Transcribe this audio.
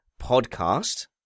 Podcast